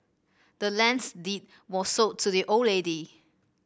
the land's deed was sold to the old lady